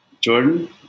Jordan